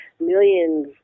millions